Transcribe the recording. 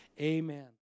Amen